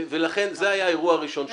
ולכן זה היה האירוע הראשון שהתחיל.